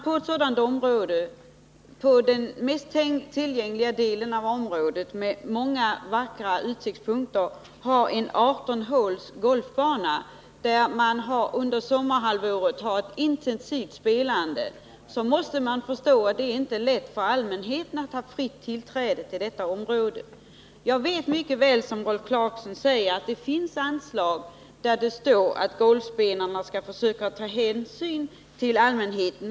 På den mest tillgängliga delen av området, med mycket vackra utsiktspunkter, finns en golfbana med 18 hål som utnyttjas intensivt under sommarhalvåret. Man måste förstå att det inte är lätt för allmänheten att under sådana förhållanden fritt ströva omkring i detta område. Jag vet mycket väl att, som Rolf Clarkson säger, det finns anslag där det står att golfspelarna skall försöka ta hänsyn till allmänheten.